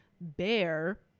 bear